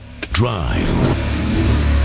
Drive